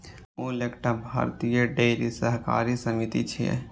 अमूल एकटा भारतीय डेयरी सहकारी समिति छियै